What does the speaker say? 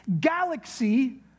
galaxy